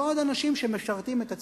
ועוד אנשים שמשרתים את הציבור.